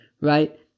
Right